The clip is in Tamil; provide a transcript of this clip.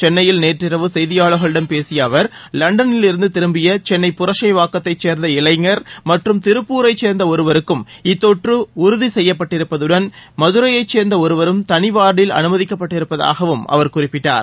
சென்னையில் நேற்றிரவு செய்தியாளர்களிடம் பேசிய அவர் லண்டனில் இருந்து திரும்பிய சென்னை புரசைவாக்கத்தைச் சே்ந்த இளைஞா் மற்றும் திருப்பூரைச் சே்ந்த ஒருவருக்கும் இத்தொற்று உறுதி செய்யப்பட்டிருப்பதுடன் மதுரையைச் ஒருவரும் வா்ட்டல் கனி அனுமதிக்கப்பட்டிருப்பதாகவும் அவர் குறிப்பிட்டார்